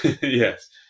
yes